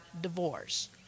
divorce